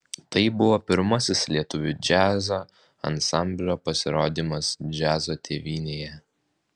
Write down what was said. tai buvo pirmasis lietuvių džiazo ansamblio pasirodymas džiazo tėvynėje